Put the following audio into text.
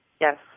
Yes